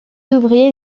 ouvriers